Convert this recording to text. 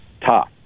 top